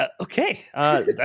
Okay